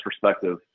perspective